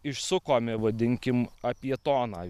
išsukome vadinkim apie toną